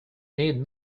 need